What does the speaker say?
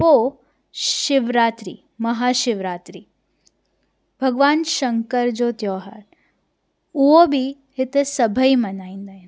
पो शिवरात्रि महाशिवरात्रि भॻिवान शंकर जो त्योहारु उहो बि हिते सभई मल्हाईंदा आहिनि